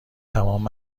تمام